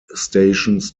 stations